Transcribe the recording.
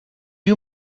you